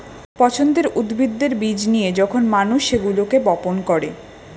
পছন্দের উদ্ভিদের বীজ নিয়ে যখন মানুষ সেগুলোকে বপন করে